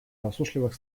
засушливых